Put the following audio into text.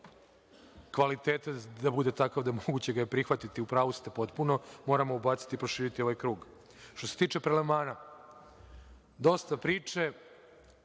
kvalitete da bude takav da ga je moguće prihvatiti. U pravu ste potpuno. Moramo ubaciti i proširiti ovaj krug. Što se tiče prelevmana, dosta priče,